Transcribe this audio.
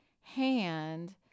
hand